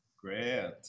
great